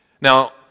Now